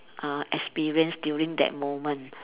uh experience during that moment